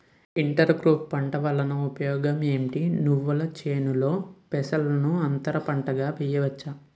Inter crops పంట వలన ఉపయోగం ఏమిటి? నువ్వుల చేనులో పెసరను అంతర పంటగా వేయవచ్చా?